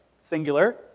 singular